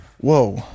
whoa